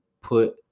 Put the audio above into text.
put